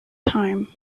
time